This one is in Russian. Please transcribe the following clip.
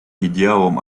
идеалам